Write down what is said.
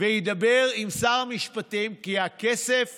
וידבר עם שר המשפטים, כי הכסף